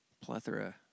Plethora